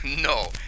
No